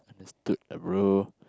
understood ah bro